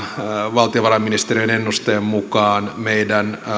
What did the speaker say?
valtiovarainministeriön ennusteen mukaan meidän